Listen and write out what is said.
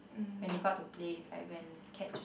when they go out to play is like when catch